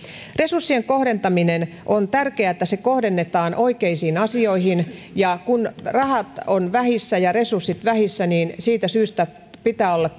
resurssien kohdentaminen on tärkeää että ne kohdennetaan oikeisiin asioihin ja kun rahat ovat vähissä ja resurssit vähissä niin siitä syystä pitää olla